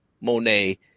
Monet